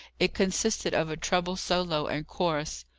it consisted of a treble solo and chorus.